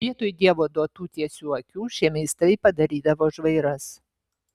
vietoj dievo duotų tiesių akių šie meistrai padarydavo žvairas